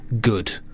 good